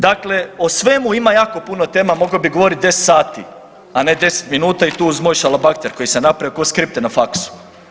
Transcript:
Dakle, o svemu ima jako puno tema, mogao bi govorit 10 sati, a ne 10 minuta i tu uz moj šalabahter koji sam napravio ko skripte na faksu.